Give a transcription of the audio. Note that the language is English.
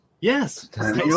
yes